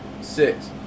six